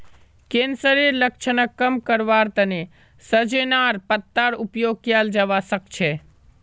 कैंसरेर लक्षणक कम करवार तने सजेनार पत्तार उपयोग कियाल जवा सक्छे